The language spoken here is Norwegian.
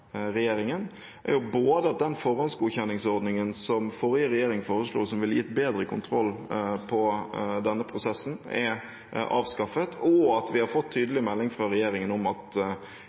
regjeringen, er både at den forhåndsgodkjenningsordningen som forrige regjering foreslo, som ville gitt bedre kontroll på denne prosessen, er avskaffet, og at vi har fått tydelig melding fra regjeringen om at